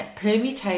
permutations